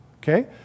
Okay